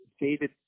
David